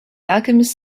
alchemist